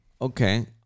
Okay